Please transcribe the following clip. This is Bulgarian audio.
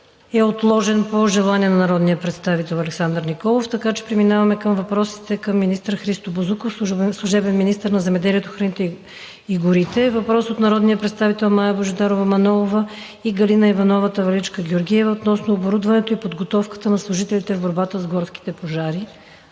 е отложен по желание на народния представител Александър Николов. Преминаваме към въпросите към министър Христо Бозуков – служебен министър на земеделието, храните и горите. Въпрос от народния представител Мая Божидарова Манолова и Галина Иванова Таваличка-Георгиева относно оборудването и подготовката на служителите в борбата с горските пожари.